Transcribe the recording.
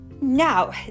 Now